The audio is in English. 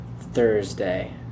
Thursday